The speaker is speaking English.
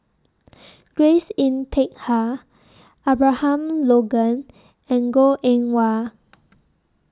Grace Yin Peck Ha Abraham Logan and Goh Eng Wah